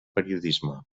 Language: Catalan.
periodisme